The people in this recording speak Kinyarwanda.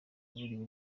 yaburiwe